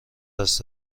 دست